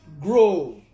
grow